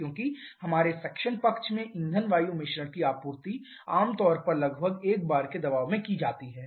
क्योंकि हमारे सक्शन पक्ष में ईंधन वायु मिश्रण की आपूर्ति आम तौर पर लगभग 1 bar के दबाव में की जाती है